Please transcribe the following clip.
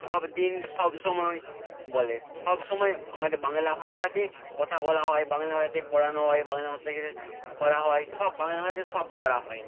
সব দিন সবসময় বলে সবসময় আমাদের বাংলা ভাষাতে কথা বলা হয় বাংলা ভাষাতে পড়ানো হয় বাংলা ভাষাকে করা হয় সব বাংলা ভাষায় সব করা হয়